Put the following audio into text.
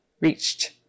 Reached